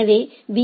எனவே பி